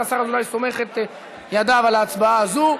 אבל השר אזולאי סומך את ידיו על ההצבעה הזאת.